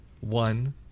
one